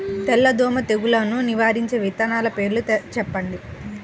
తెల్లదోమ తెగులును నివారించే విత్తనాల పేర్లు చెప్పండి?